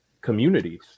communities